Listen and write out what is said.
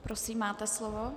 Prosím, máte slovo.